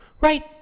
Right